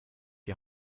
die